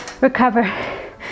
Recover